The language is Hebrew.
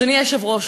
אדוני היושב-ראש,